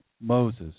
Moses